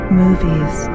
movies